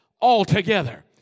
altogether